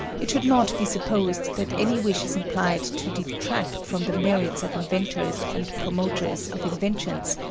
it should not be supposed that any wish is implied to detract from the merits of inventors and promoters of inventions,